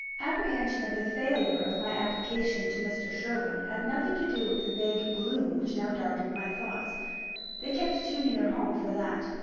apprehension of the failure of my application to mr. sherwin had nothing to do with the vague gloom which now darkened my thoughts they kept too near home for that.